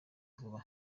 vuba